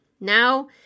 Now